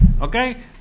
okay